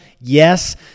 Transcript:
yes